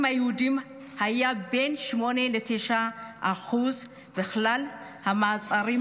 היהודים היה בין 8% ל-9% מכלל המעצרים,